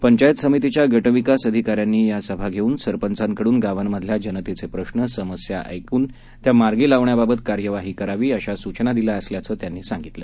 पंचायत समितीच्या गटविकास अधिकाऱ्यांनी या सभा धेऊन सरपंचांकडून गावांमधल्या जनतेचे प्रश्न समस्या ऐकून त्या मार्गी लावण्याबाबत कार्यवाही करावी अशा सूचना दिल्या असल्याचं त्यांनी सांगितलं